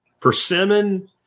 Persimmon